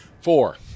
Four